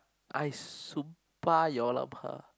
I sumpah your